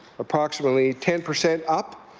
approximately ten percent up.